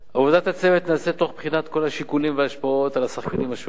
עבודת הצוות נעשית תוך בחינת כל השיקולים וההשפעות על השחקנים השונים.